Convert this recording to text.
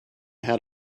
had